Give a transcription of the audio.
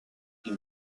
ils